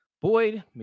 Boyd